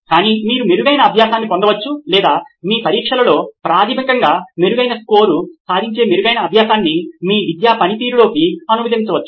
గాని మీరు మెరుగైన అభ్యాసాన్ని పొందవచ్చు లేదా మీ పరీక్షలలో ప్రాథమికంగా మెరుగైన స్కోరు సాధించే మెరుగైన అభ్యాసాన్ని మీ విద్యా పనితీరులోకి అనువదించవచ్చు